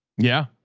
yeah.